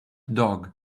dog